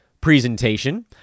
presentation